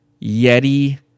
Yeti